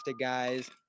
guys